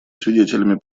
свидетелями